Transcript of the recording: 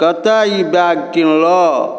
कतय ई बैग किनलह